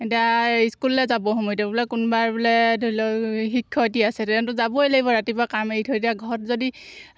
এতিয়া স্কুললৈ যাবৰ সময়তে বোলে কোনোবাই বোলে ধৰি লওক শিক্ষয়িত্ৰী আছে তেনেকৈ যাবই লাগিব ৰাতিপুৱা কাম এৰি থৈ এতিয়া ঘৰত যদি